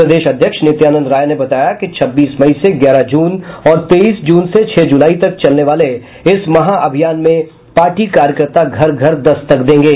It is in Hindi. प्रदेश अध्यक्ष नित्यानंद राय ने बताया कि छब्बीस मई से ग्यारह जून और तेईस जून से छह जुलाई तक चलने वाले इस महाअभियान में पार्टी कार्यकर्ता घर घर दस्तक देंगे